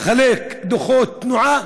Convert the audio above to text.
לחלק דוחות תנועה.